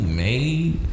made